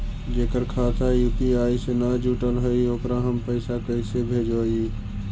जेकर खाता यु.पी.आई से न जुटल हइ ओकरा हम पैसा कैसे भेजबइ?